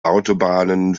autobahnen